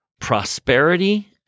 prosperity